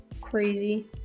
crazy